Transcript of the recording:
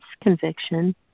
conviction